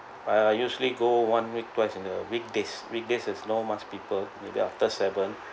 I usually go one week twice in the weekdays weekdays is no much people maybe after seven